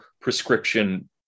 prescription